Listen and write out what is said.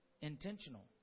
Intentional